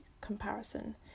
comparison